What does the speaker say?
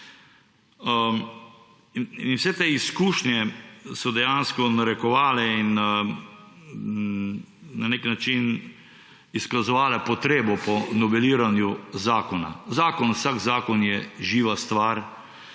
in vse te izkušnje so dejansko narekovale in na nek način izkazovale potrebo po noveliranju zakona. Vsak zakon je živa stvar